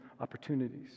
opportunities